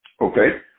okay